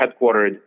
headquartered